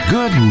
Good